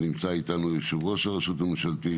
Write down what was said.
נמצא איתנו יושב-ראש הרשות הממשלתית,